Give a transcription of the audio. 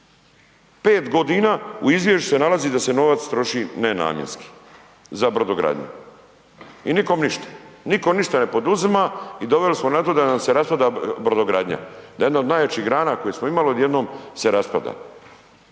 5 godina u izvješću se nalazi da se novac troši nenamjenski. Za brodogradnju. I nikome ništa. Nitko ništa ne poduzima i doveli smo na to da nam se raspada brodogradnja. Da jedna od najjačih grana koje smo imali, odjednom se raspada.